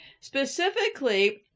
specifically